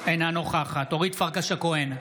אינה נוכחת אורית פרקש הכהן,